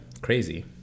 crazy